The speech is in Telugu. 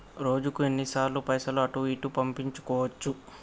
రోజుకు ఎన్ని సార్లు పైసలు అటూ ఇటూ పంపించుకోవచ్చు?